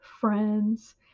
Friends